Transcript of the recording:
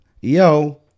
Yo